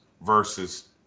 versus